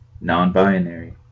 Non-binary